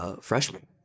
freshman